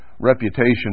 reputation